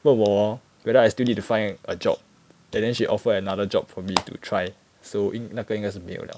问我 hor whether I still need to find a job and then she offer another job for me to try so 应那个应该是没有了